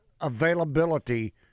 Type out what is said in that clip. availability